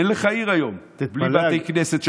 אין לך היום עיר בלי בתי כנסת.